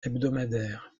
hebdomadaire